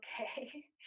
okay